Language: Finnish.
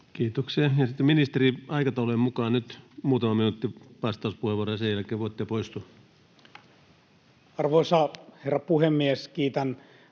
sitten ministeri aikataulujen mukaan. Nyt muutama minuutti vastauspuheenvuoroja, ja sen jälkeen voitte poistua. [Speech 91] Speaker: Antti